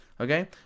Okay